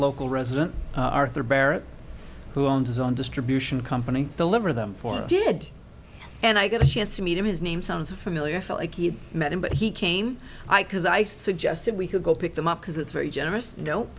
local resident arthur barrett who owned his own distribution company deliver them for good and i got a chance to meet him his name sounds familiar fella he met him but he came i cause i suggested we could go pick them up because it's very generous no